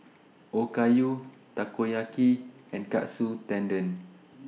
Okayu Takoyaki and Katsu Tendon